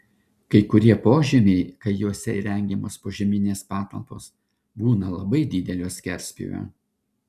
kai kurie požemiai kai juose įrengiamos požeminės patalpos būna labai didelio skerspjūvio